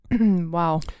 wow